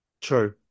True